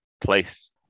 place